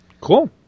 Cool